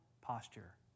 posture